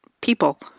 people